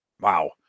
Wow